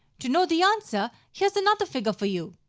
to know the answer here's another figure for you.